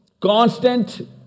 constant